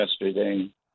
yesterday